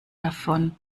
davon